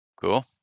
Cool